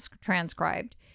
transcribed